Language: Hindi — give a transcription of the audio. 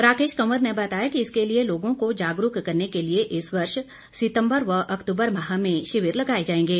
राकेश कंवर ने बताया कि इसके लिए लोगों को जागरूक करने के लिए इस वर्ष सितंबर व अक्तूबर माह में शिविर लगाए जाएंगे